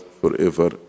forever